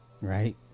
Right